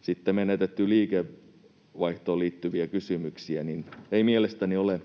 sitten menetettyyn liikevaihtoon liittyviä kysymyksiä ei mielestäni ole